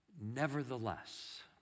nevertheless